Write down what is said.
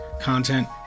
content